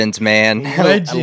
man